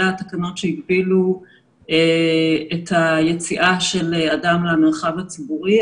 שאלה התקנות שהגבילו את היציאה של אדם מהמרחב הציבורי.